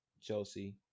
Chelsea